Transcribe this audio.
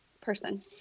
Person